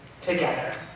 together